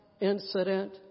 incident